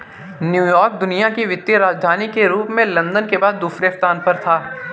New York दुनिया की वित्तीय राजधानी के रूप में लंदन के बाद दूसरे स्थान पर था